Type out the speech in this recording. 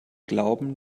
glauben